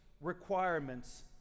requirements